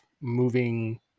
moving